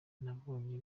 nabonye